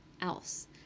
else